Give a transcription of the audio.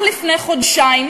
אך לפני חודשיים,